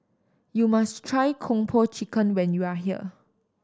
you must try Kung Po Chicken when you are here